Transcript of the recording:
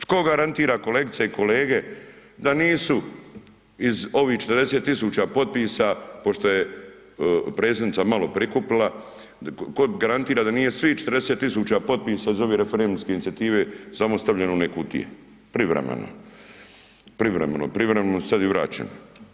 Tko garantira kolegice i kolege da nisu iz ovih 40 tisuća potpisa pošto je predsjednica malo prikupila, tko garantira da nije svih 40 tisuća potpisa iz ove referendumske inicijative samo stavljeno u one kutije, privremeno, privremeno, privremeno su sad i vraćene.